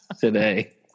today